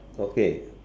okay